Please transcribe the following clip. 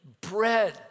bread